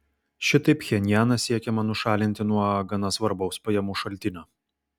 šitaip pchenjaną siekiama nušalinti nuo gana svarbaus pajamų šaltinio